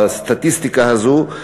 הסטטיסטיקה הזאת?